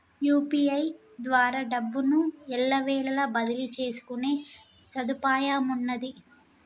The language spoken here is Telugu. యూ.పీ.ఐ ద్వారా డబ్బును ఎల్లవేళలా బదిలీ చేసుకునే సదుపాయమున్నాది